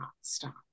stop